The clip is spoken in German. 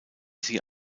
sie